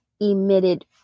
emitted